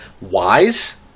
wise